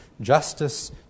justice